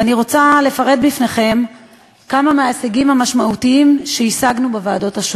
ואני רוצה לפרט בפניכם כמה מההישגים המשמעותיים שהשגנו בוועדות: